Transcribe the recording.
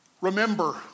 Remember